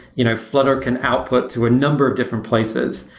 you know flutter can output to a number of different places.